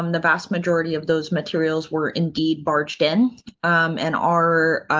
um the vast majority of those materials were indeed barged in and our